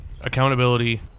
Accountability